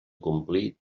complir